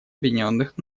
объединенных